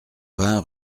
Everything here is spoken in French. vingt